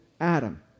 Adam